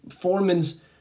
Foreman's